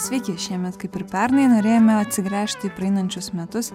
sveiki šiemet ir pernai norėjome atsigręžt į praeinančius metus